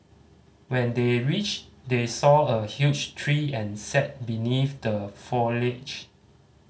when they reached they saw a huge tree and sat beneath the foliage